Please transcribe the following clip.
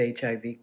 HIV